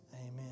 Amen